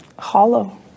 hollow